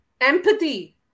empathy